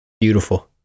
Beautiful